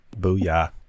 Booyah